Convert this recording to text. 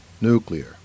nuclear